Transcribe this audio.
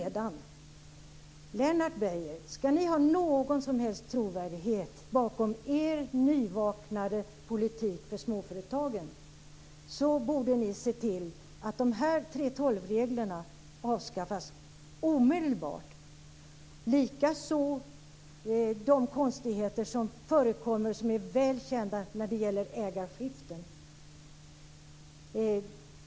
Lennart Beijer! Ska ni ha någon som helst trovärdighet bakom er nyvaknade politik för småföretagen borde ni se till att 3:12-reglerna avskaffas omedelbart. Likaså gäller det de konstigheter som förekommer, och som är väl kända, när det gäller ägarskiften.